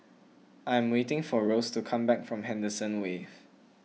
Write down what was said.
I am waiting for Rose to come back from Henderson Wave